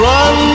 Run